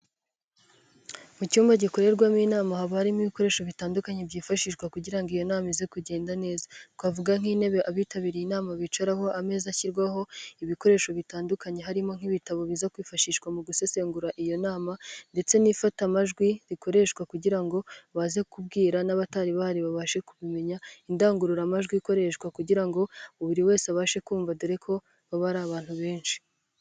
Mu cyumba gikorerwamo inama haba harimo ibikoresho bitandukanye, byifashishwa kugira ngo iyo nama ize kugenda neza. Twavuga nk'intebe abitabiriye inama bicaraho, ameza ashyirwaho ibikoresho bitandukanye, harimo nk'ibitabo biza kwifashishwa mu gusesengura iyo nama, ndetse n'ifatamajwi rikoreshwa kugira ngo baze kubwira n'abatari bahari babashe kubimenya. Indangururamajwi ikoreshwa kugira ngo buri wese abashe kumva, dore ko baba ari abantu benshi.